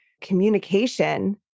communication